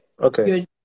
okay